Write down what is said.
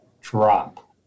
drop